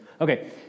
Okay